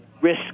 risk